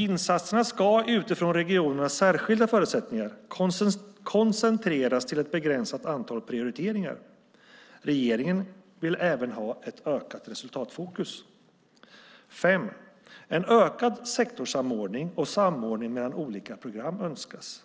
Insatserna ska utifrån regionernas särskilda förutsättningar koncentreras till ett begränsat antal prioriteringar. Regeringen vill även ha ett ökat resultatfokus. 5. En ökad sektorssamordning och samordning mellan olika program önskas.